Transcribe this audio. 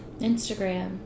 Instagram